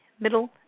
middle